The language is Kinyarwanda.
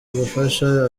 gufasha